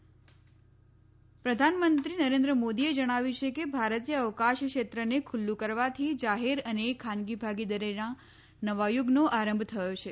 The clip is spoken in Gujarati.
પ્રધાનમંત્રી અવકાશ પ્રધાનમંત્રી નરેન્શ મોદીએ જણાવ્યું છે કે ભારતીય અવકાશ ક્ષેત્રને ખુલ્લુ કરવાથી જાહેર અને ખાનગી ભાગીદારીના નવા યુગનો આરંભ થયો છે